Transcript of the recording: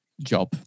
job